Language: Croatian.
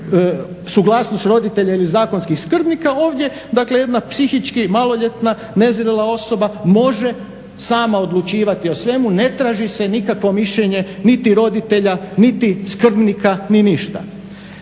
suglasnost roditelja ili zakonskih skrbnika, ovdje jedna psihički maloljetna, nezrela osoba može sama odlučivati o svemu, ne traži se nikakvo mišljenje niti roditelja niti skrbnika ni ništa.